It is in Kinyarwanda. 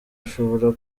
ashobora